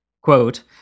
Quote